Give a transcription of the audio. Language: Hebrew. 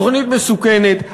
תוכנית מסוכנת.